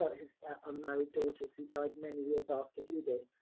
his unmarried daughters who died many years after he did.